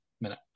minute